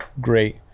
great